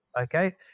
okay